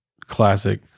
classic